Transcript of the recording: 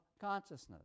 consciousness